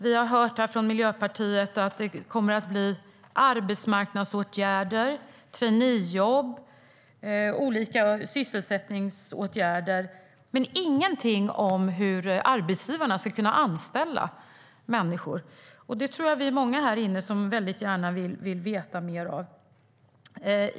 Vi har hört här från Miljöpartiet att det kommer att bli arbetsmarknadsåtgärder, traineejobb och olika sysselsättningsåtgärder, men ingenting om hur arbetsgivarna ska kunna anställa människor. Det tror jag att vi är många här inne som gärna vill veta mer om.